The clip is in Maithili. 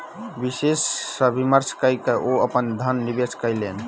विशेषज्ञ सॅ विमर्श कय के ओ अपन धन निवेश कयलैन